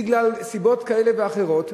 בגלל סיבות כאלה ואחרות.